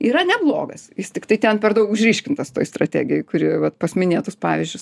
yra neblogas jis tiktai ten per daug išryškintas toj strategijoj kuri vat pas minėtus pavyzdžius